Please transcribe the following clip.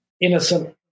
innocent